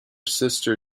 sister